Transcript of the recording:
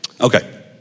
Okay